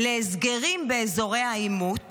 להסגרים באזורי העימות,